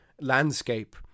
landscape